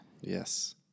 Yes